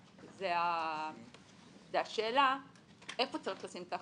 זו השאלה איפה צריך לשים את האחריות.